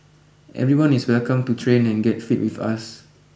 everyone is welcome to train and get fit with us